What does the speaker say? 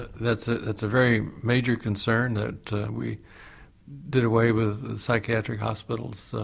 that's ah that's a very major concern, that we did away with the psychiatric hospitals, so